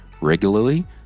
regularly